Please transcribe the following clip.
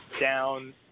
down